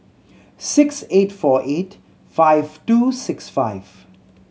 six eight four eight five two six five